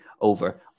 over